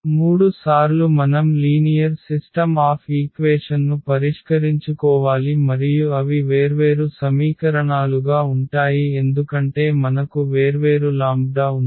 3 సార్లు మనం linear system of ఈక్వేషన్ను పరిష్కరించుకోవాలి మరియు అవి వేర్వేరు సమీకరణాలుగా ఉంటాయి ఎందుకంటే మనకు వేర్వేరు లాంబ్డా ఉంది